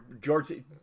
George